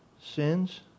sins